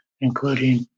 including